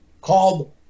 called